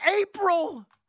April